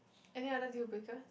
any other dealbreaker